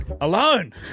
alone